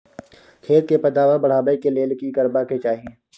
खेत के पैदावार बढाबै के लेल की करबा के चाही?